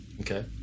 Okay